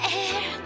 air